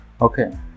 okay